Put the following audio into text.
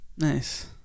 nice